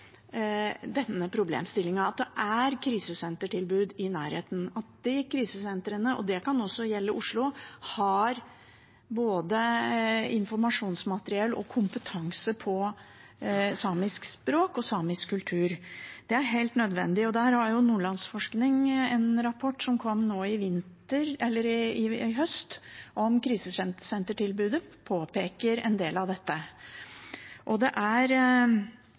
denne problemstillingen, at det er krisesentertilbud i nærheten, og at de krisesentrene – og det kan også gjelde Oslo – har både informasjonsmateriell og kompetanse på samisk språk og samisk kultur. Det er helt nødvendig. Nordlandsforskning har en rapport om krisesentertilbudet, som kom nå i høst, som påpeker en del av dette. Det